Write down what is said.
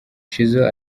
shizzo